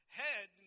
head